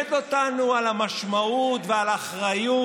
שלימד אותנו על המשמעות ועל אחריות.